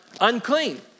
Unclean